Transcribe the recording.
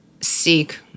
seek